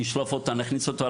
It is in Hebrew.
נשלוף אותו ונכניס אותו,